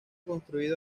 construido